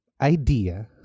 idea